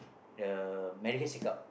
the medical checkup